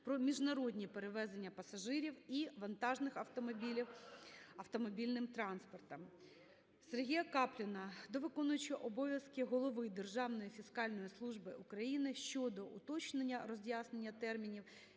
про міжнародні перевезення пасажирів і вантажних автомобілів… автомобільним транспортом. Сергія Капліна до виконуючого обов'язки голови Державної фіскальної служби України щодо уточнення роз'яснення термінів,